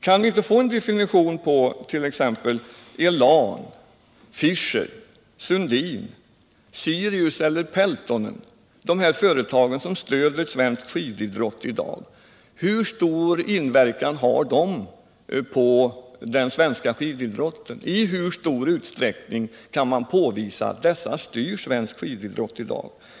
Kan vi inte få en definition, för t.ex. Elan, Fischer, Sundins, Sirius eller Peltonen — företag som stöder svensk skididrott — på hur stor inverkan de har på den svenska skididrotten? I hur stor utsträckning kan man påvisa att dessa styr svensk skididrott?